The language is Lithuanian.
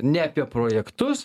ne apie projektus